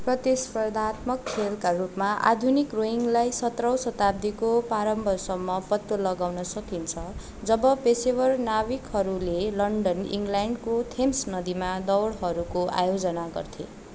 प्रतिस्पर्धात्मक खेलका रूपमा आधुनिक रोइङ्लाई सत्रऔँ शताब्दीको प्रारम्भसम्म पत्तो लगाउन सकिन्छ जब पेसेवर नाविकहरूले लन्डन इङ्गल्यान्डको थेम्स नदीमा दौडहरूको आयोजना गर्थे